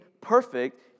perfect